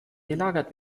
gelagert